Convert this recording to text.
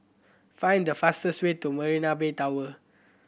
find the fastest way to Marina Bay Tower